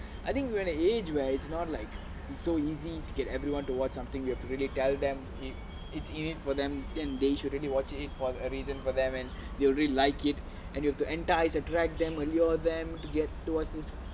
I think we are at the age where it's not like it's so easy to get everyone to watch something you have to really tell them it it's easy for them then they should really watch it for a reason for them and they will really like it and you have to entice and drag them and lure them to get towards this